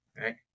right